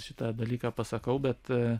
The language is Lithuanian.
šitą dalyką pasakau bet